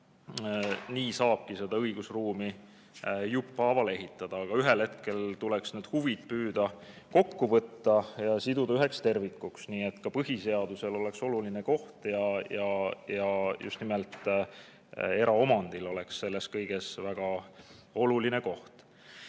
nii saabki seda õigusruumi jupphaaval ehitada. Aga ühel hetkel tuleks siiski püüda need huvid kokku võtta ja siduda üheks tervikuks, nii et ka põhiseadusel oleks oluline koht ja just nimelt eraomandil oleks selles kõiges väga oluline koht. Ma